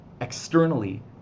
externally